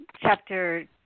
Chapter